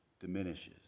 diminishes